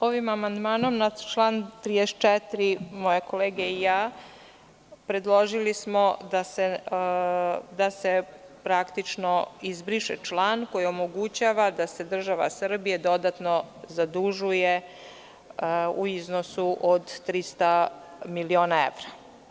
Ovim amandmanom na član 34. moje kolege i ja smo predložili da se izbriše član koji omogućava da se država Srbija dodatno zadužuje u iznosu od 300 miliona evra.